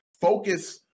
focus